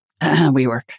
WeWork